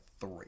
three